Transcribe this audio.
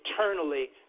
eternally